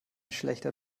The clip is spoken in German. schlechter